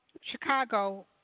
Chicago